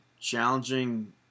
challenging